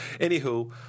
Anywho